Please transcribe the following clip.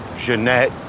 Jeanette